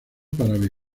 para